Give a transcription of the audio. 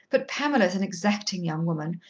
but pamela's an exacting young woman,